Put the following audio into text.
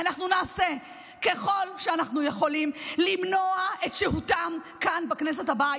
אנחנו נעשה ככל שאנחנו יכולים למנוע את שהותם כאן בכנסת הבאה.